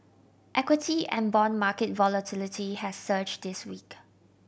equity and bond market volatility has surge this week